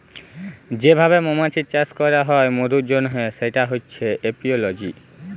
যে ভাবে মমাছির চাষ ক্যরা হ্যয় মধুর জনহ সেটা হচ্যে এপিওলজি